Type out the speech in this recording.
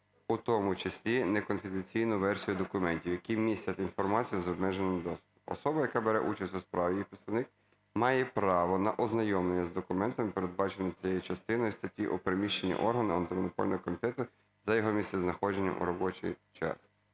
у тому числі неконфіденційну версію документів, які містять інформацію з обмеженим доступом. Особа, яка бере участь у справі (її представник) має право на ознайомлення з документами, передбаченими цією частиною статті, у приміщенні органу Антимонопольного комітету за його місцезнаходженням у робочий час".